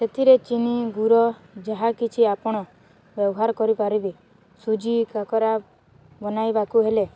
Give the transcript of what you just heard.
ସେଥିରେ ଚିନି ଗୁୁଡ଼ ଯାହା କିଛି ଆପଣ ବ୍ୟବହାର କରିପାରିବେ ସୁଜି କାକରା ବନେଇବାକୁ ହେଲେ